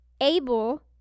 able